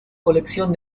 colección